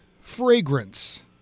Fragrance